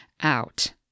out